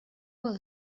will